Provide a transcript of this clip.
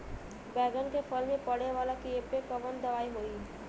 बैगन के फल में पड़े वाला कियेपे कवन दवाई होई?